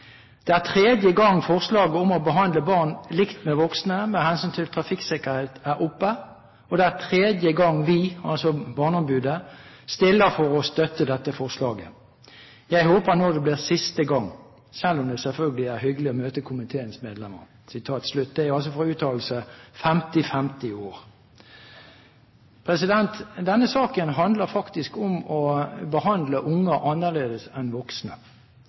er tredje gang forslaget om å behandle barn likt med voksne mht trafikksikkerhet er oppe, og det er tredje gang vi» – altså barneombudet – stiller for å støtte dette forslaget. Jeg håper nå at det blir siste gang, selv om det selvfølgelig alltid er hyggelig å møte komiteens medlemmer.» Det er altså en uttalelse fra 5. mai i år. Denne saken handler faktisk om å behandle barn annerledes enn voksne.